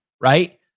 right